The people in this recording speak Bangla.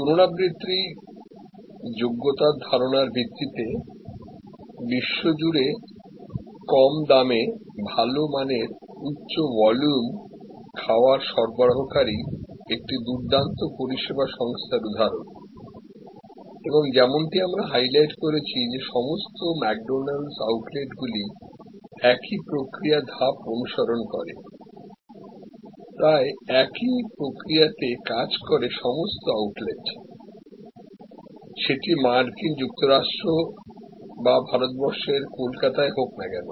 পুনরাবৃত্তি যোগ্যতার ধারণার ভিত্তিতে বিশ্বজুড়ে কম দামে ভাল মানের উচ্চ ভলিউম খাবার সরবরাহকারী একটি দুর্দান্ত পরিষেবা সংস্থার উদাহরণ এবং যেমনটি আমরা হাইলাইট করেছি যে সমস্ত ম্যাকডোনাল্ডস আউটলেটগুলি একই প্রক্রিয়া ধাপ অনুসরণ করে প্রায় একই প্রক্রিয়াতে কাজ করে সমস্ত আউটলেট সেটা মার্কিন যুক্তরাষ্ট্র বা ভারতবর্ষেরকলকাতায় যেখানেই হোক না কেন